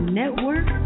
network